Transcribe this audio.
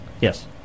Yes